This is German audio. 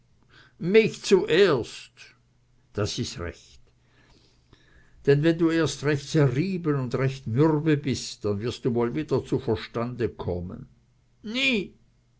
mich zuerst das is recht denn wenn du nur erst recht zerrieben un recht mürbe bist dann wirst du wohl wieder zu verstande kommen nie